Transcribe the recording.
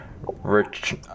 rich